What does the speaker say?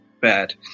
bad